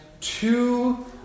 two